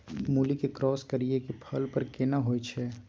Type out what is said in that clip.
मूली के क्रॉस करिये के फल बर केना होय छै?